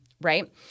Right